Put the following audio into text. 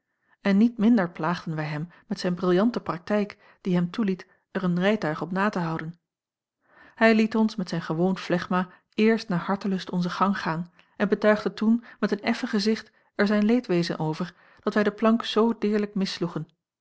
en niet minder plaagden wij hem met zijn briljante praktijk die hem toeliet er een rijtuig op na te houden hij liet ons met zijn gewoon flegma eerst naar hartelust onzen gang gaan en betuigde toen met een effen gezicht er zijn leedwezen over dat wij de plank zoo deerlijk